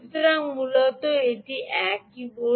সুতরাং মূলত এটি একই বোর্ড